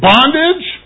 Bondage